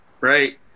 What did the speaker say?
right